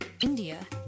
India